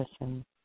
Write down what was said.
listen